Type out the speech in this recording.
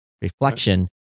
reflection